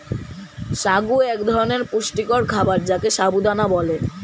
সাগু এক ধরনের পুষ্টিকর খাবার যাকে সাবু দানা বলে